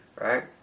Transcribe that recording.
right